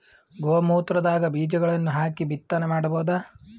ಗೋ ಮೂತ್ರದಾಗ ಬೀಜಗಳನ್ನು ಹಾಕಿ ಬಿತ್ತನೆ ಮಾಡಬೋದ?